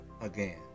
again